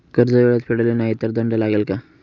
कर्ज वेळेत फेडले नाही तर दंड लागेल का?